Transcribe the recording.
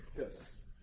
Yes